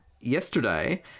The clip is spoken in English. yesterday